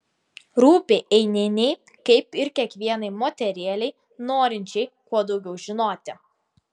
rūpi einienei kaip ir kiekvienai moterėlei norinčiai kuo daugiau žinoti